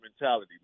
mentality